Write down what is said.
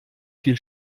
viel